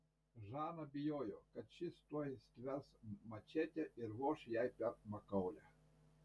žana bijojo kad šis tuoj stvers mačetę ir voš jai per makaulę